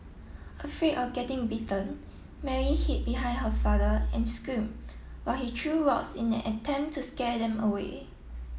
afraid of getting bitten Mary hid behind her father and screamed while he threw rocks in an attempt to scare them away